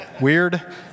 Weird